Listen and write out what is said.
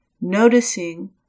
noticing